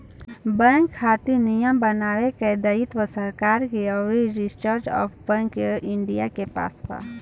bank खातिर नियम बनावे के दायित्व सरकार के अउरी रिजर्व बैंक ऑफ इंडिया के पास बा